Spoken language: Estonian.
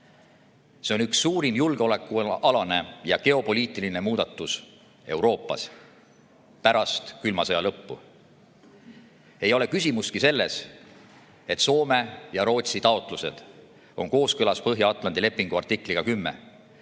See on üks suurim julgeolekualane ja geopoliitiline muudatus Euroopas pärast külma sõja lõppu. Ei ole küsimustki selles, et Soome ja Rootsi taotlused on kooskõlas Põhja-Atlandi lepingu artikliga 10,